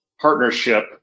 partnership